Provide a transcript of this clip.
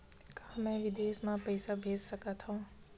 का मैं विदेश म पईसा भेज सकत हव?